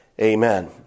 Amen